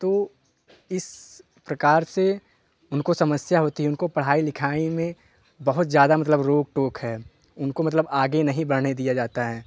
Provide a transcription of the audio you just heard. तो इस प्रकार से उनको समस्या होती उनको पढ़ाई लिखाई में बहुत ज़्यादा मतलब रोक टोक है उनको मतलब आगे नहीं बढ़ने दिया जाता है